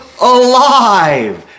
Alive